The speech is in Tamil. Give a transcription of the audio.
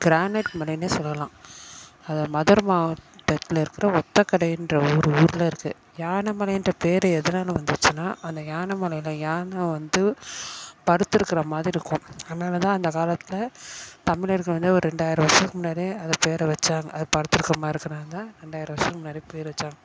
க்ரானேட் மலையினே சொல்லலாம் அது மதுரை மாவட்டத்தில் இருக்கிற ஒத்தக்கரையின்ற ஒரு ஊரில் இருக்குது யானை மலைன்ற பேர் எதனால் வந்துச்சின்னால் அந்த யானை மலையில் யானை வந்து படுத்திருக்குற மாதிரி இருக்கும் அதனால் தான் அந்த காலத்தில் தமிழர்கள் வந்து ஒரு ரெண்டாயிரம் வருஷத்துக்கு முன்னாடியே அந்தப் பேரை வச்சாங்கள் அது படுத்திருக்குற மாதிரி இருக்கிறனால ரெண்டாயிரம் வருஷத்துக்கு முன்னாடி பேர் வச்சாங்கள்